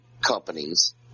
companies